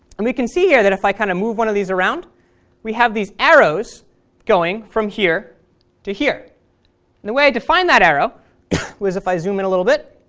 and we can see here that if i kind of move one of these around we have these arrows going from here to here, and the way i define that arrow was if i zoom in a little bit,